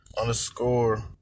underscore